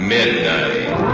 Midnight